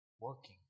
working